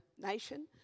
nation